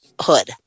hood